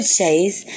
Chase